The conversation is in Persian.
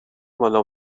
بالا